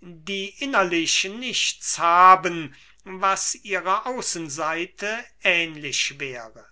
die innerlich nichts haben was ihrer außenseite ähnlich wäre